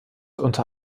unter